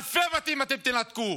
אלפי בתים אתם תנתקו.